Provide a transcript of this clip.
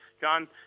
John